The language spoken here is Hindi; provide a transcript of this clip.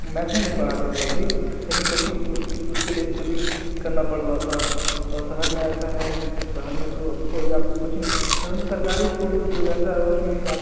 मैथ भी नहीं पढ़ाते थे जल्दी लेकिन कोंचिग उसके लिए कोचिंग करना पड़ता था और शहर में ऐसा है कि शहर में तो कोई आप कोचिंग शहर में सरकारी इस्कूल जो रहता है उसमें आप